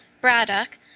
Braddock